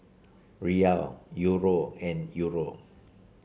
Riyal Euro and Euro